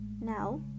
Now